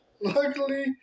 Luckily